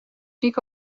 nico